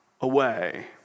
away